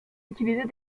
utiliser